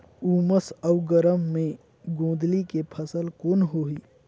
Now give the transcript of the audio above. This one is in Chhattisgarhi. उमस अउ गरम मे गोंदली के फसल कौन होही?